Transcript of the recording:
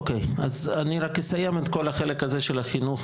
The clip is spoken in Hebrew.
אני רק אסיים את כל החלק הזה של החינוך,